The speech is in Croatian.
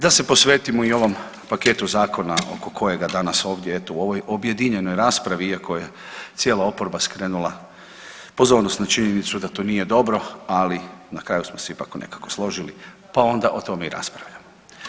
Da se posvetimo i ovom paketu zakona oko kojega danas ovdje u ovoj objedinjenoj raspravi iako je cijela oporba skrenula pozornost na činjenicu da to nije dobro, ali na kraju smo se ipak nekako složili, pa onda o tome i raspravljamo.